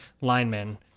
linemen